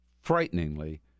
frighteningly